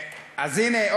אז הנה,